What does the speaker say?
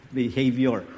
behavior